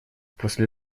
после